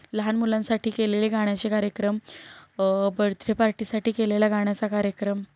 लहान मुलांसाठी केलेले गाण्याचे कार्यक्रम बर्थडे पार्टीसाठी केलेला गाण्याचा कार्यक्रम